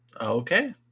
Okay